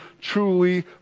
truly